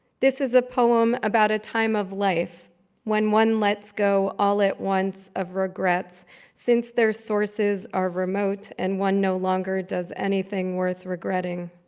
this is a poem about a time of life when one let's go all at once of regrets since their sources are remote and one no longer does anything worth regretting.